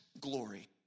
glory